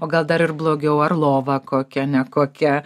o gal dar ir blogiau ar lova kokia nekokia